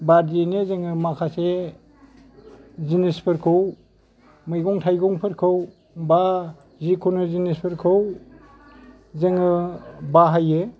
बादियैनो जोङो माखासे जिनिसफोरखौ मैगं थाइगंफोरखौ बा जिखुनु जिनिस फोरखौ जोङो बाहायो